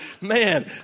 man